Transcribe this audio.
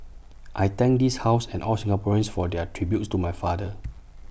I thank this house and all Singaporeans for their tributes to my father